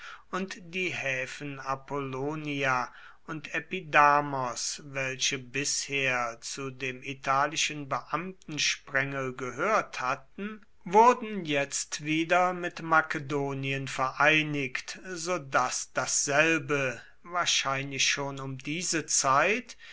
und die häfen apollonia und epidamnos welche bisher zu dem italischen beamtensprengel gehört hatten wurden jetzt wieder mit makedonien vereinigt so daß dasselbe wahrscheinlich schon um diese zeit